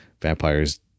vampires